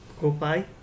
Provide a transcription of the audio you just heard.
Goodbye